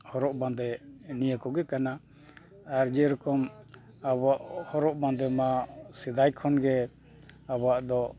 ᱦᱚᱨᱚᱜᱼᱵᱟᱸᱫᱮ ᱱᱤᱭᱟᱹ ᱠᱚᱜᱮ ᱠᱟᱱᱟ ᱟᱨ ᱡᱮ ᱨᱚᱠᱚᱢ ᱟᱵᱚᱣᱟᱜ ᱦᱚᱨᱚᱜ ᱵᱟᱸᱫᱮᱢᱟ ᱥᱮᱫᱟᱭ ᱠᱷᱚᱱ ᱜᱮ ᱟᱵᱚᱣᱟᱜ ᱫᱚ